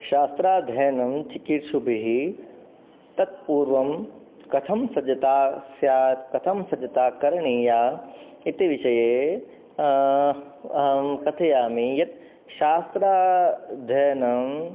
शास्त्राध्ययनं चिकीर्षुभिः तत्पूर्वं कथं सज्जता स्यात् कथं सज्जता करणीया इति विषये कथयामि यत् शास्त्राध्ययनं